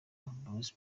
bros